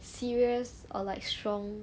serious or like strong